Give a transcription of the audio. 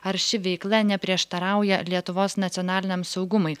ar ši veikla neprieštarauja lietuvos nacionaliniam saugumui